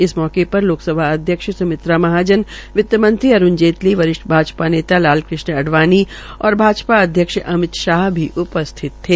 इस अवसर पर लोकसभा अध्यक्ष स्मित्रा महाजन वित्तमंत्री अरूण जेटली वरिष्ठ भाजपा नेता लाल कृष्ण अडवाणी और भाजपा अध्यक्ष अमित शाह भी उपस्थित थे